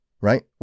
Right